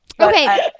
Okay